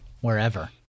wherever